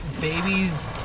Babies